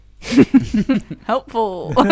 Helpful